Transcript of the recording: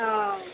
ᱳᱚ